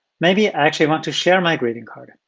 maybe i actually want to share my greeting card.